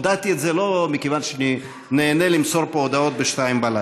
הודעתי את זה לא מכיוון שאני נהנה למסור פה הודעות ב-02:00.